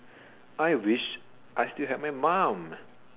I wish I still had my mum